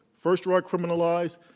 first drug criminalized,